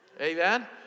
Amen